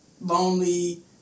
lonely